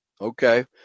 Okay